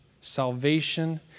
Salvation